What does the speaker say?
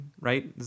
right